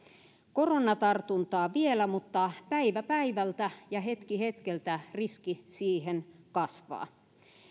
koronatartuntaa vielä mutta päivä päivältä ja hetki hetkeltä riski siihen kasvaa